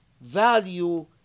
value